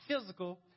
physical